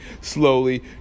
Slowly